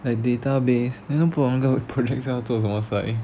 like database then project 是要做什么 sai